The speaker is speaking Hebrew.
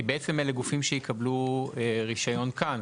כי בעצם אלה גופים שיקבלו רישיון כאן.